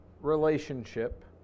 relationship